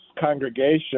congregation